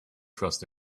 trust